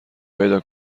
پیدا